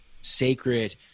sacred